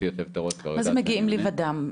מה זה מגיעים לבדם?